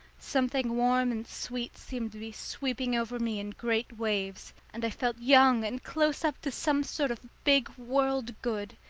something warm and sweet seemed to be sweeping over me in great waves, and i felt young and close up to some sort of big world-good.